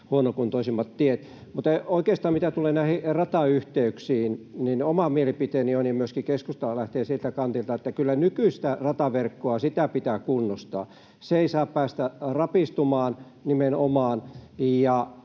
huonokuntoisimmat tiet. Mutta oikeastaan mitä tulee näihin ratayhteyksiin, niin oma mielipiteeni on ja myöskin keskusta lähtee siltä kantilta, että kyllä nykyistä rataverkkoa pitää kunnostaa. Se ei nimenomaan saa päästä rapistumaan.